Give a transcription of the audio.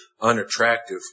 unattractive